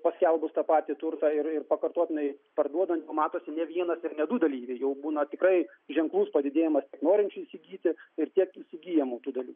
paskelbus tą patį turtą ir ir pakartotinai parduodant matosi ne vienas ir ne du dalyviai jau būna tikrai ženklus padidėjimas norinčių įsigyti ir tiek įsigyjamų tų dalykų